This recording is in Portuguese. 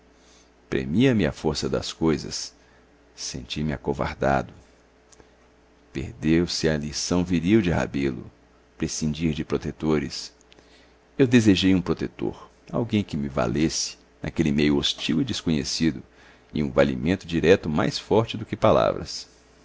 premia me a força das coisas senti-me acovardado perdeu-se a lição viril de rebelo prescindir de protetores eu desejei um protetor alguém que me valesse naquele meio hostil e desconhecido e um valimento direto mais forte do que palavras